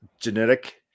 genetic